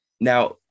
now